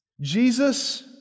Jesus